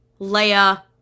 Leia